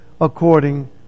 according